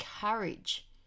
courage